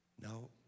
No